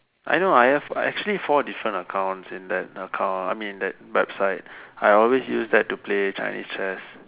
I know I have I actually four different accounts in that account I mean that website I always use that to play Chinese chess